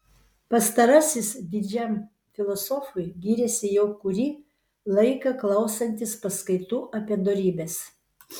pastarasis didžiam filosofui gyrėsi jau kurį laiką klausantis paskaitų apie dorybes